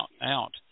out